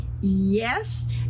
Yes